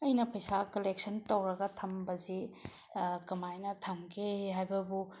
ꯑꯩꯅ ꯄꯩꯁꯥ ꯀꯂꯦꯛꯁꯟ ꯇꯧꯔꯒ ꯊꯝꯕꯁꯤ ꯀꯃꯥꯏꯅ ꯊꯝꯒꯦ ꯍꯥꯏꯕꯕꯨ